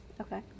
Okay